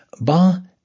ba